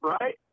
Right